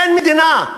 אין מדינה,